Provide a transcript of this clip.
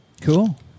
Cool